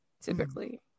typically